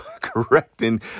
correcting